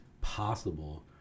possible